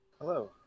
Hello